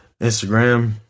Instagram